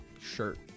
shirt